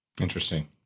Interesting